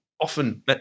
often